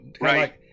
right